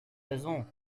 raison